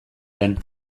den